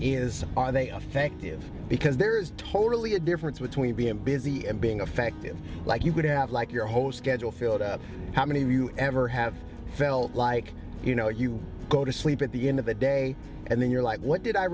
is are they off thank you because there is totally a difference between being busy and being affective like you would have like your whole schedule filled up how many of you ever have felt like you know you go to sleep at the end of the day and then you're like what did i